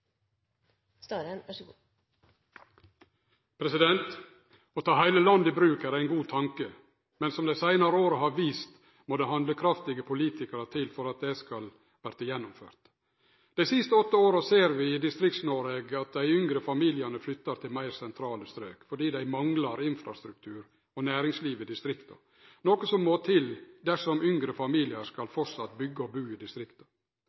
vist, må det handlekraftige politikarar til for at det skal verte gjennomført. I dei siste åtte åra har vi i Distrikts-Noreg sett at dei yngre familiane flyttar til meir sentrale strøk, fordi dei manglar infrastruktur og næringsliv i distrikta, noko som må til dersom yngre familiar fortsatt skal byggje og bu i